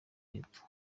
y’epfo